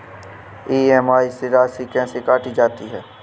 EMI में राशि कैसे काटी जाती है?